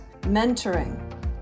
mentoring